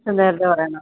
ഇച്ചിരി നേരത്തെ പറയണം